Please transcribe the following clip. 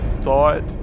thought